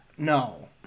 No